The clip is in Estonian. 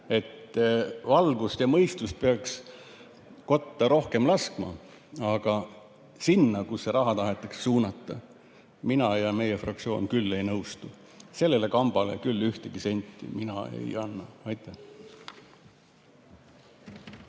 valgust ja mõistust peaks kotta rohkem laskma. Aga sinna, kuhu see raha tahetakse suunata, mina ja meie fraktsioon ei nõustu [suunama]. Sellele kambale küll ühtegi senti mina ei anna. Aitäh!